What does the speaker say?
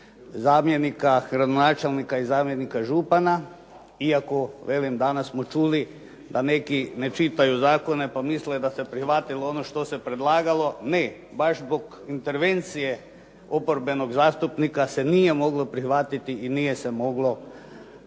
zamjenika gradonačelnika i zamjenika župana, iako velim danas smo čuli da neki ne čitaju zakone pa misle da se prihvatilo ono što se predlagalo. Ne. Baš zbog intervencije oporbenog zastupnika se nije moglo prihvatiti i nije se moglo dobiti